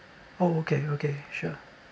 oh okay okay sure